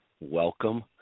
Welcome